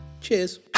Cheers